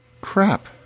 Crap